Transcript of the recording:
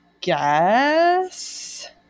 guess